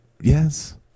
yes